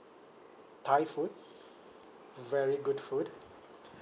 thai food very good food